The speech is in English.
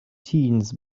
teens